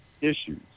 issues